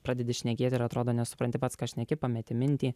pradedi šnekėti ir atrodo nesupranti pats ką šneki pameti mintį